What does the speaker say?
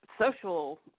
social